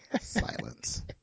Silence